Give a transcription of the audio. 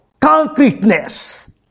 concreteness